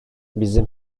bizim